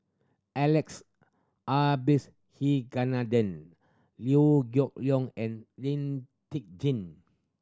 Alex Abisheganaden Liew Geok Leong and Lee Tjin